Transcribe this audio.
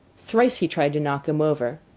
thrice he tried to knock him over,